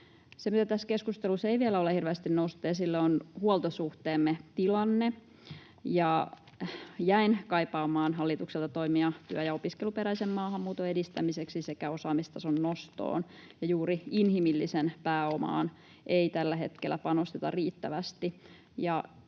Se, mikä tässä keskustelussa ei vielä ole hirveästi noussut esille, on huoltosuhteemme tilanne. Jäin kaipaamaan hallitukselta toimia työ- ja opiskeluperäisen maahanmuuton edistämiseksi sekä osaamistason nostoon. Juuri inhimilliseen pääomaan ei tällä hetkellä panosteta riittävästi,